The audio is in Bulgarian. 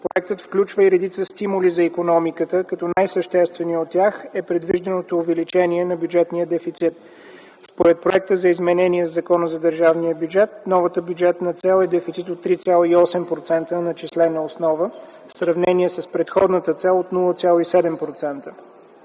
Проектът включва и редица стимули за икономиката, като най-същественият от тях е предвижданото увеличение на бюджетния дефицит. Според проекта за изменение на Закона за държавния бюджет новата бюджетна цел е дефицит от 3,8% на начислена основа в сравнение с предходната цел от 0,7%.